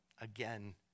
again